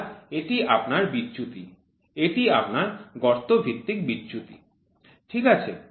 অর্থাৎ এটি আপনার বিচ্যুতি এটি আপনার গর্ত ভিত্তিক বিচ্যুতি ঠিক আছে